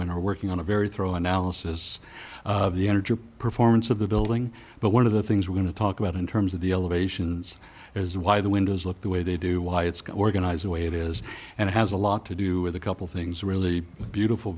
and are working on a very thorough analysis of the energy performance of the building but one of the things we're going to talk about in terms of the elevations is why the windows look the way they do why it's got organized the way it is and it has a lot to do with a couple things really beautiful